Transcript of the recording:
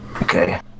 Okay